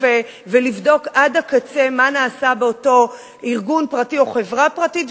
ולבדוק עד הקצה מה נעשה באותו ארגון פרטי או חברה פרטית.